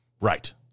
Right